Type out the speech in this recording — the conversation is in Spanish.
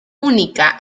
única